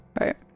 Right